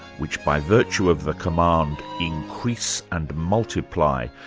which, by virtue of the command, increase and multiply,